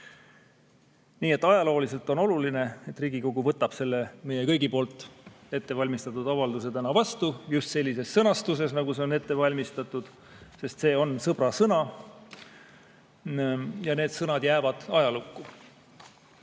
Nii et ajalooliselt on oluline, et Riigikogu võtab selle meie kõigi ette valmistatud avalduse täna vastu just sellises sõnastuses, nagu see on ette valmistatud, sest see on sõbra sõna. Ja need sõnad jäävad ajalukku.